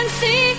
see